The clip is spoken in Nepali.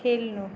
खेल्नु